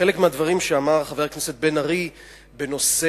חלק מהדברים שאמר חבר הכנסת בן-ארי בנושא